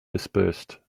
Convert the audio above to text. dispersed